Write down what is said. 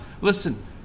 Listen